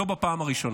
לא בפעם הראשונה.